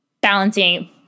balancing